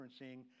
referencing